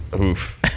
Oof